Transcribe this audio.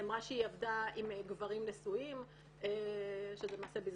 היא אמרה שהיא עבדה עם גברים נשואים שזה למעשה בזנות,